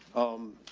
um,